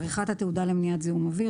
103.עריכת התעודה למניעת זיהום אוויר